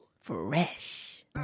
Fresh